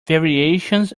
variations